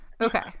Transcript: okay